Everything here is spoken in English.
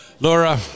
Laura